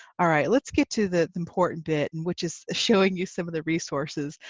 alright let's get to the important bit and which is showing you some of the resources.